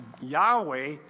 Yahweh